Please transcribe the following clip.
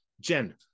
Jen